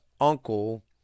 uncle